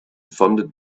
funded